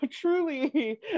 truly